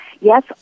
yes